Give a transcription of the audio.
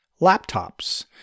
laptops